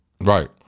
right